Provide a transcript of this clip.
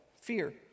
fear